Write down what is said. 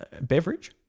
beverage